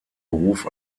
beruf